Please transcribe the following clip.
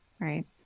right